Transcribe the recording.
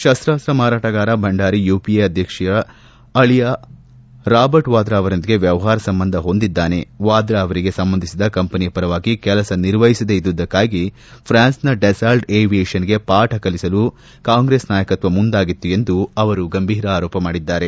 ಶಸ್ತಾಸ್ತ ಮಾರಾಟಗಾರ ಭಂಡಾರಿ ಯುಪಿಎ ಅಧ್ಯಕ್ಷರ ಅಳಿಯ ರಾಬರ್ಟ್ ವಾದ್ರಾ ಅವರೊಂದಿಗೆ ವ್ಲವಹಾರ ಸಂಬಂಧ ಹೊಂದಿದ್ದಾನೆ ವಾಧ್ರಾ ಅವರಿಗೆ ಸಂಬಂಧಿಸಿದ ಕಂಪನಿಯ ಪರವಾಗಿ ಕೆಲಸ ನಿರ್ವಹಿಸದೇ ಇದ್ಗುದಕ್ಕಾಗಿ ಫ್ರಾನ್ಸ್ನ ಡೆಸಾಲ್ಟ್ ಏವಿಯೇಷನ್ಗೆ ಪಾಠ ಕಲಿಸಲು ಕಾಂಗ್ರೆಸ್ ನಾಯಕತ್ವ ಮುಂದಾಗಿತ್ತು ಎಂದು ಆರೋಪಿಸಿದರು